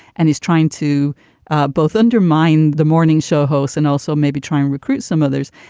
and he's trying to both undermine the morning show hosts and also maybe try and recruit some others.